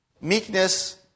Meekness